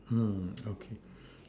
mm okay